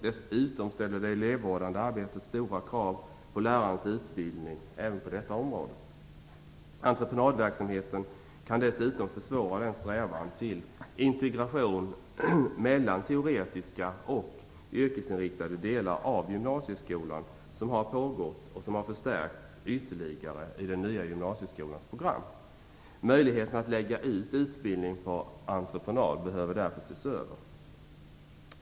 Dessutom ställer det elevvårdandet arbetet stora krav på lärarens utbildning även på detta område. Entreprenadverksamheten kan dessutom försvåra den strävan till integration mellan teoretiska och yrkesinriktade delar av gymnasieskolan som pågått, och som förstärkts ytterligare i den nya gymnasieskolans program. Möjligheten att lägga ut utbildning på entreprenad behöver därför ses över.